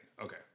Okay